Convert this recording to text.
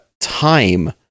time